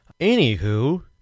Anywho